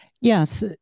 Yes